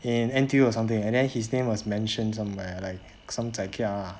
in N_T_U or something and then his name was mentioned somewhere like some zai kia lah